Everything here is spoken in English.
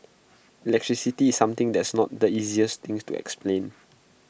electricity something that's not the easiest thing to explain